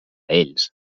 ells